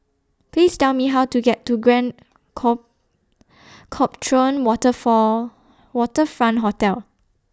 Please Tell Me How to get to Grand call Copthorne Water For Waterfront Hotel